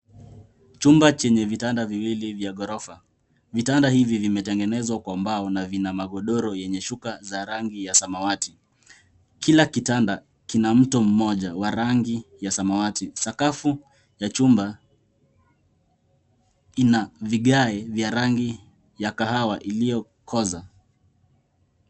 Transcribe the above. Chumba chenye vitanda viwili ya ghorofa. Vitanda hivi vimetengenezwa kwa mbao na vina magodoro yenye shuka za rangi ya samawati. Kila kitanda kina mto mmoja wa rangi ya samawati. Sakafu ya chumba ina vigae vya rangi ya kahawa iliyokoza.